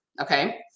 Okay